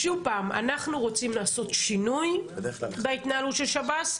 אנחנו רוצים לעשות שינוי בהתנהלות של שב"ס.